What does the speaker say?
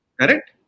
Correct